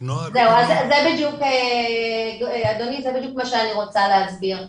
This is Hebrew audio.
זה בדיוק מה שאני רוצה להסביר אדוני.